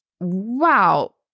wow